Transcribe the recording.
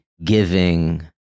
giving